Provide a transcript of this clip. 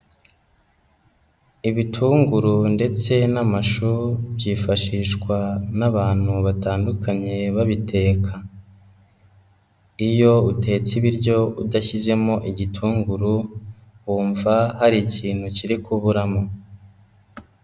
Ibitunguru ndetse n'amashu byifashishwa n'abantu batandukanye babiteka. Iyo utetse ibiryo udashyizemo igitunguru wumva hari ikintu kiri kuburamo.